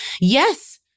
yes